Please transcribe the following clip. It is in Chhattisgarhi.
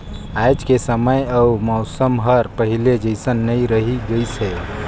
आयज के समे अउ मउसम हर पहिले जइसन नइ रही गइस हे